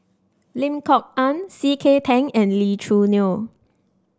Lim Kok Ann C K Tang and Lee Choo Neo